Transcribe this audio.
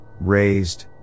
raised